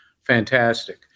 fantastic